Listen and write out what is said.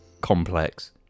complex